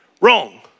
wrong